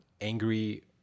angry